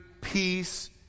peace